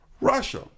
Russia